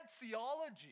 theology